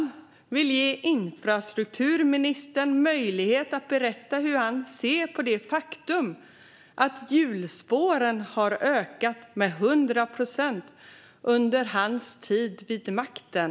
Jag vill ge infrastrukturministern möjlighet att berätta hur han ser på det faktum att hjulspåren har ökat med 100 procent under hans tid vid makten.